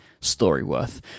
StoryWorth